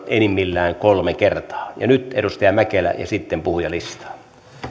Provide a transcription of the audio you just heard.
enimmillään kolme kertaa ja nyt edustaja mäkelä ja sitten puhujalistaan